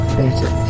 better